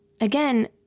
again